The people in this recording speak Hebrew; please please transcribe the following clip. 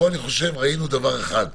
פה ראינו דבר אחד,